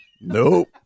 Nope